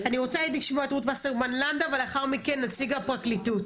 אני רוצה לשמוע את רות וסרמן לנדה ולאחר מכן נציג הפרקליטות,